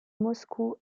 moscou